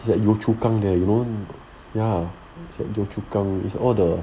it's at yio chu kang there you know ya it's at yio chu kang it's all the